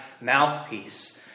mouthpiece